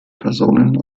personen